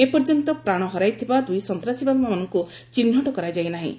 ଏପର୍ଯ୍ୟନ୍ତ ପ୍ରାଣ ହରାଇଥିବା ଦୁଇ ସନ୍ତାସବାଦୀମାନଙ୍କୁ ଚିହ୍ନଟ କରାଯାଇନାହିଁ